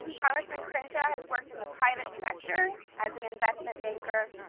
congressman crenshaw has worked in the private sector as an investment banker,